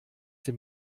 dem